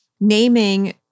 naming